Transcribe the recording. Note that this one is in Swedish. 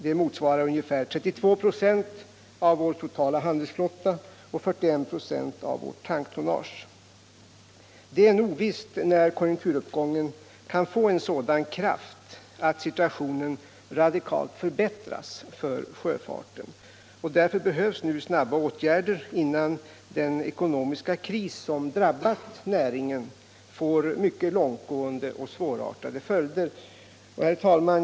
Det motsvarar ungefär 32 96 av vår totala handelsflotta och 41 926 av vårt tanktonnage. Det är ännu ovisst när konjunkturuppgången kan få en sådan kraft att situationen radikalt förändras för sjöfarten. Därför behövs nu snabba åtgärder innan den ekonomiska kris som drabbat näringen får mycket långtgående och svårartade följder. Herr talman!